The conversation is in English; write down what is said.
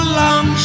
long